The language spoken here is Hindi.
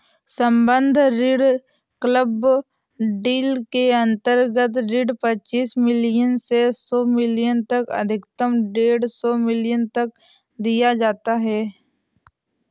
सम्बद्ध ऋण क्लब डील के अंतर्गत ऋण पच्चीस मिलियन से सौ मिलियन तक अधिकतम डेढ़ सौ मिलियन तक दिया जाता है